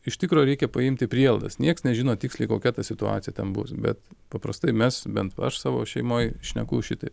iš tikro reikia paimti prielaidas nieks nežino tiksliai kokia ta situacija ten bus bet paprastai mes bent aš savo šeimoj šneku šitaip